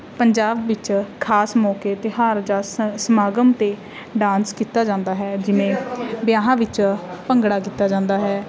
ਪੰਜਾਬ ਵਿੱਚ ਖਾਸ ਮੌਕੇ ਤਿਉਹਾਰ ਜਾਂ ਸ ਸਮਾਗਮ 'ਤੇ ਡਾਂਸ ਕੀਤਾ ਜਾਂਦਾ ਹੈ ਜਿਵੇਂ ਵਿਆਹਾਂ ਵਿੱਚ ਭੰਗੜਾ ਕੀਤਾ ਜਾਂਦਾ ਹੈ